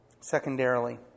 Secondarily